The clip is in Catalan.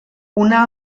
una